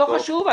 לא חשוב.